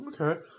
Okay